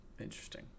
interesting